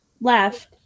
left